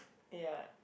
ya